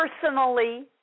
personally